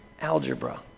Algebra